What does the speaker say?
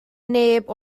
neb